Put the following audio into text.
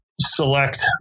select